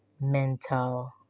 mental